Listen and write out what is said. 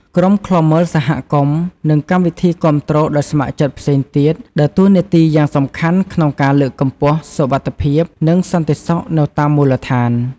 ក្រុមឃ្លាំមើលសហគមន៍ និងកម្មវិធីគាំទ្រដោយស្ម័គ្រចិត្តផ្សេងទៀត ដើរតួនាទីយ៉ាងសំខាន់ក្នុងការលើកកម្ពស់សុវត្ថិភាព និងសន្តិសុខនៅតាមមូលដ្ឋាន។